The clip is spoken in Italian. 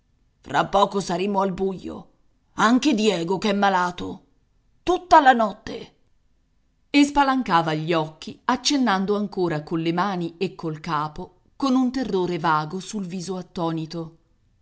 fra poco saremo al buio anche diego che è malato tutta la notte e spalancava gli occhi accennando ancora colle mani e col capo con un terrore vago sul viso attonito